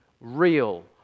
real